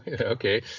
Okay